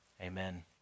amen